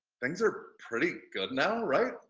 things are pretty good now, right?